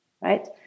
right